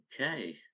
Okay